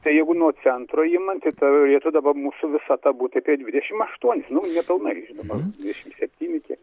tai jeigu nuo centro imant tai turėtų dabar mūsų visata būt apie dvidešim aštuonis nu nepilnai žinoma dvidešim septyni kiek